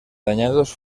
dañados